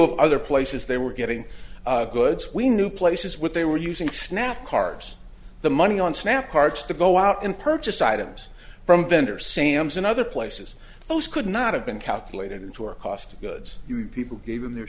of other places they were getting goods we knew places with they were using snap cards the money on snap carts to go out and purchase items from vendor sam's and other places those could not have been calculated into our cost of goods people gave in their